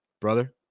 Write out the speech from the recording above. brother